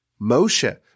Moshe